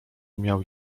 miał